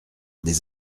des